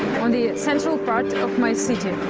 on the central part of my city.